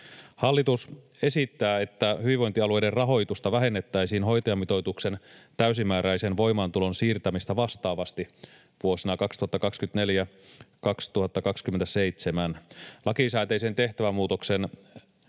Hallitus esittää, että hyvinvointialueiden rahoitusta vähennettäisiin hoitajamitoituksen täysimääräisen voimaantulon siirtämistä vastaavasti vuosina 2024—2027. Lakisääteisen tehtävämuutoksen